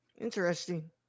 Interesting